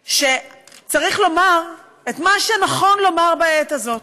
שצריך לומר את מה שנכון לומר בעת הזאת: